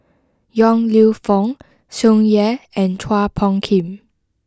Yong Lew Foong Tsung Yeh and Chua Phung Kim